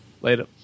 Later